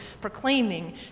proclaiming